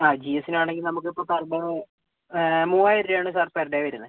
ആ ജി എസിന് ആണെങ്കിൽ നമുക്കിപ്പോൾ പെർ ഡേ മൂവായിരം രൂപയാണ് സാർ പെർ ഡേ വരുന്നത്